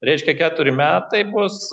reiškia keturi metai bus